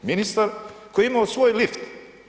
Ministar koji je imao svoj lift.